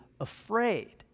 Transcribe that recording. afraid